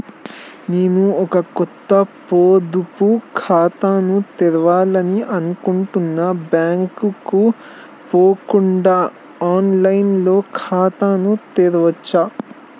నేను ఒక కొత్త పొదుపు ఖాతాను తెరవాలని అనుకుంటున్నా బ్యాంక్ కు పోకుండా ఆన్ లైన్ లో ఖాతాను తెరవవచ్చా?